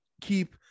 keep